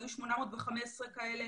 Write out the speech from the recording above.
היו 815 כאלה